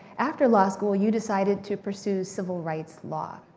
after law school, you decided to pursue civil rights law.